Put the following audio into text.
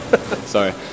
Sorry